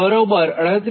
VR 38